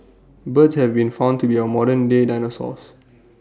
birds have been found to be our modern day dinosaurs